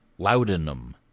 Laudanum